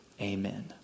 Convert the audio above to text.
Amen